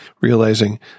realizing